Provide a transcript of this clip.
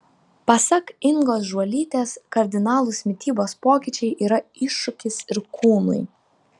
pasak ingos žuolytės kardinalūs mitybos pokyčiai yra iššūkis ir kūnui